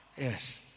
Yes